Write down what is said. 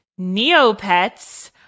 Neopets